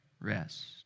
Rest